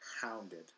hounded